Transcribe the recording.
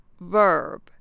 verb